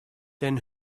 then